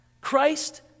Christ